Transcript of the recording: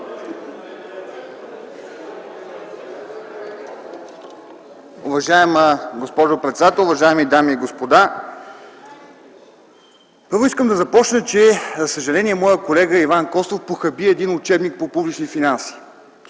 Уважаема госпожо председател, уважаеми дами и господа! Първо, искам да започна с това, че, за съжаление, моят колега Иван Костов похаби един учебник по публични финанси,